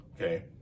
Okay